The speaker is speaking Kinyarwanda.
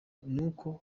uko